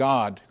God